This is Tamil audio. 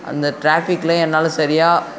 அந்த ட்ராபிக்கில் என்னால் சரியாக